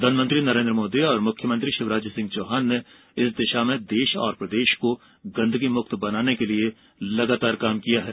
प्रधानमंत्री नरेन्द्र मोदी और मुख्यमंत्री शिवराज सिंह चौहान ने इस दिशा में देश और प्रदेश को गंदगी मुक्त बनाने के लिए लगातार कार्य किया है